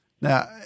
Now